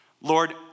Lord